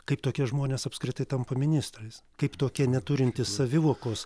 kaip tokie žmonės apskritai tampa ministrais kaip tokie neturintįs savivokos